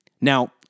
Now